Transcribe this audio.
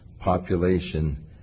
population